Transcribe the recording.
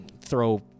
throw